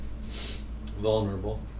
vulnerable